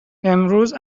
امروز